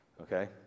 Okay